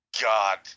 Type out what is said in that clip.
God